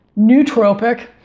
nootropic